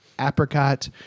Apricot